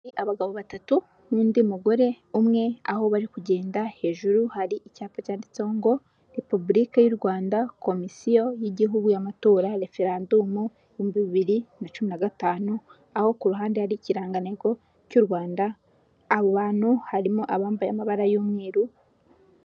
Abagabo batatu n'undi mugore umwe aho bari kugenda hejuru, hari icyapa cyanditseho ngo: "Repubulike y'u Rwanda, komisiyo y'igihugu y'amatora, referandumu ibihumbi bibiri na cumi na gatanu", aho ku ruhande hari ikiranganteko cy'u Rwanda, abo abantu harimo abambaye amabara y'umweru.